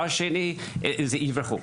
הם יברחו.